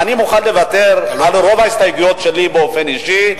אני מוכן לוותר על רוב ההסתייגויות שלי באופן אישי,